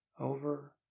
over